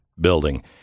building